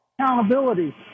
accountability